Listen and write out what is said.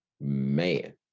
Man